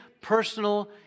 personal